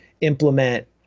implement